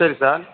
சரி சார்